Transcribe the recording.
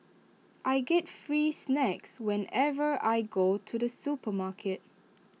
I get free snacks whenever I go to the supermarket